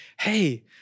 hey